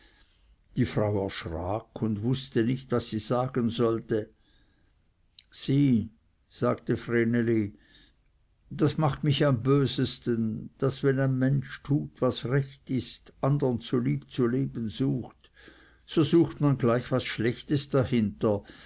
die frau erschrak und wußte nicht was sie sagen sollte sieh sagte vreneli das macht mich am bösten daß wenn ein mensch tut was recht ist andern zulieb zu leben sucht so sucht man gleich was schlechtes dahinter